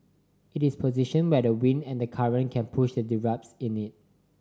it is positioned where the wind and the current can push the debris in it